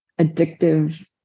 addictive